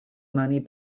money